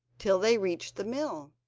till they reached the mill.